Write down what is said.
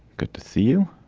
good to see you.